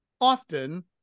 often